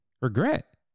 regret